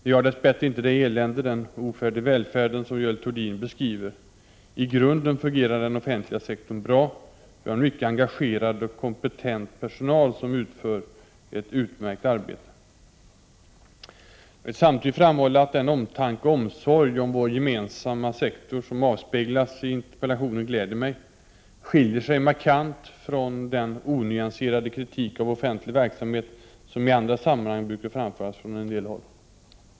Vi har dess bättre inte det elände — ”den ofärd i välfärden” — som Görel Thurdin beskriver. I grunden fungerar den offentliga sektorn bra. Vi har en mycket engagerad och kompetent personal som utför ett utmärkt arbete. Jag vill samtidigt framhålla att den omtanke och omsorg om vår gemensamma sektor som avspeglas i interpellationen glädjer mig. Den skiljer sig markant från den onyanserade kritik av offentlig verksamhet som i andra sammanhang brukar framföras från en del håll.